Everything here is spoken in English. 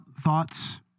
thoughts